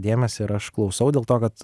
dėmesį ir aš klausau dėl to kad